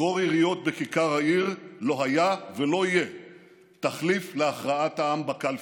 צרור יריות בכיכר העיר לא היה ולא יהיה תחליף להכרעת העם בקלפי.